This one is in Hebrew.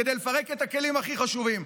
כדי לפרק את הכלים הכי חשובים.